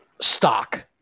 stock